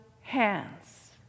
hands